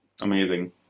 Amazing